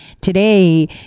Today